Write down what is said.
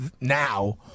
now